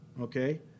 okay